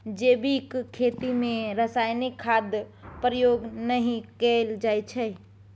जैबिक खेती मे रासायनिक खादक प्रयोग नहि कएल जाइ छै